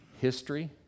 History